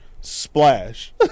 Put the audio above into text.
Splash